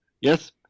Yes